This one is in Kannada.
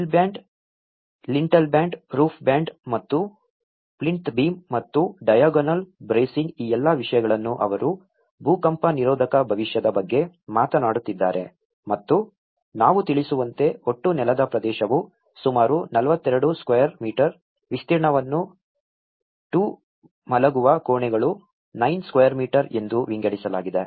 ಸಿಲ್ band lintel band roof band ಮತ್ತು ಪ್ಲಿಂತ್ ಬೀಮ್ ಮತ್ತು ಡೈಗೊನಲ್ ಬ್ರೇಸಿಂಗ್ ಈ ಎಲ್ಲಾ ವಿಷಯಗಳನ್ನು ಅವರು ಭೂಕಂಪ ನಿರೋಧಕ ಭವಿಷ್ಯದ ಬಗ್ಗೆ ಮಾತನಾಡುತ್ತಿದ್ದಾರೆ ಮತ್ತು ನಾವು ತಿಳಿಸುವಂತೆ ಒಟ್ಟು ನೆಲದ ಪ್ರದೇಶವು ಸುಮಾರು 42 ಸ್ಕ್ವೇರ್ ಮೀಟರ್ ವಿಸ್ತೀರ್ಣವನ್ನು 2 ಮಲಗುವ ಕೋಣೆಗಳು 9 ಸ್ಕ್ವೇರ್ ಮೀಟರ್ ಎಂದು ವಿಂಗಡಿಸಲಾಗಿದೆ